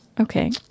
Okay